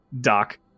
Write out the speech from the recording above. Doc